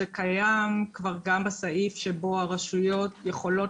זה כבר קיים גם בסעיף שבו הרשויות יכולות